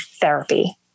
therapy